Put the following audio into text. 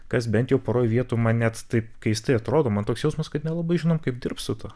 kas bent jau poroj vietų man net taip keistai atrodo mat toks jausmas kad nelabai žinom kaip dirbt su tuo